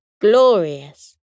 glorious